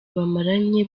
bamaranye